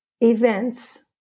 events